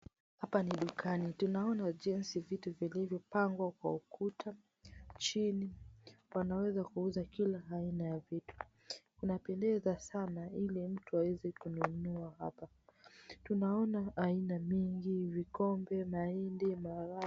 Hapa ni dukani. Tunaona jinsi vitu vilivyopangwa kwa ukuta chini. Wanaweza kuuza kila aina ya vitu. Unapendeza sana ili mtu aweze kununua hapa. Tunaona aina mingi vikombe, mahindi, malazi.